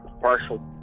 partial